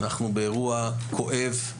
אנחנו באירוע כואב.